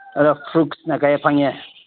ꯑꯗ ꯐ꯭ꯔꯨꯠꯁꯅ ꯀꯌꯥ ꯐꯪꯉꯦ